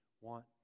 want